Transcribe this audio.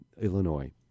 Illinois